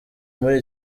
muri